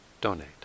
donate